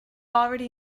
already